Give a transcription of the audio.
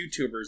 YouTubers